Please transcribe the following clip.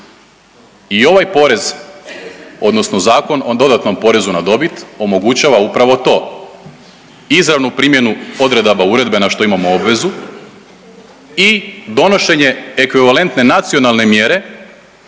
I ovaj porez odnosno Zakon o dodatnom porezu na dobit omogućava upravo to, izravnu primjenu odredaba uredbe, na što imamo obvezu i donošenje ekvivalentne nacionalne mjere